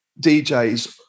DJs